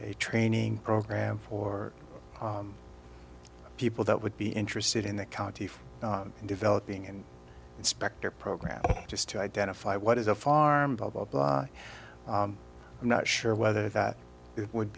a training program for people that would be interested in the county for developing an inspector program just to identify what is a farm blah blah blah i'm not sure whether that it would